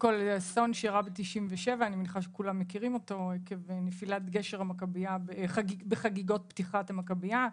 שאירע בשנת 1997 עקב נפילת גשר המכביה בחגיגות פתיחת המכביה.